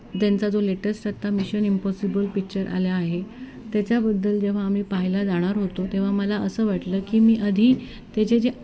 त्यांचा जो लेटेस्ट आत्ता मिशन इम्पॉसिबल पिक्चर आला आहे त्याच्याबद्दल जेव्हा आम्ही पाहायला जाणार होतो तेव्हा मला असं वाटलं की मी आधी त्याचे जे